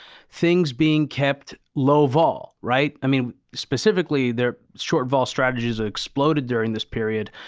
things being kept low-vol, right? i mean, specifically their short-vol strategies exploded during this period,